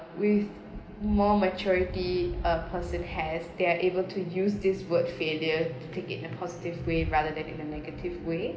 with more maturity a person has they're able to use this word failure to take it in a positive way rather than in a negative way